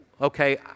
okay